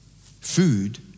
food